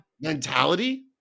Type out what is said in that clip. mentality